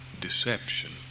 Deception